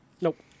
Nope